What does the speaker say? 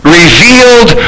revealed